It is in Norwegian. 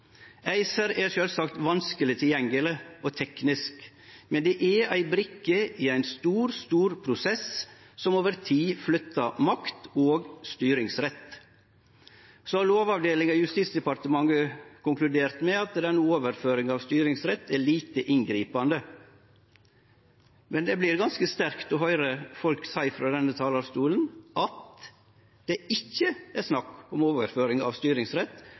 ACER er sjølvsagt vanskeleg tilgjengeleg og teknisk, men det er ei brikke i ein stor prosess som over tid flyttar makt og styringsrett. Lovavdelinga i Justisdepartementet har konkludert med at overføringa av styringsrett er lite inngripande, men det vert ganske sterkt å høyre folk seie frå denne talarstolen at det ikkje er snakk om overføring av styringsrett,